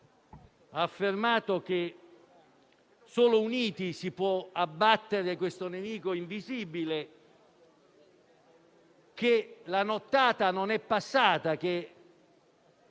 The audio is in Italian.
affermando che solo uniti si può abbattere questo nemico invisibile, che la nottata non è passata, che